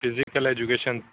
physical education